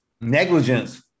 negligence